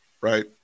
right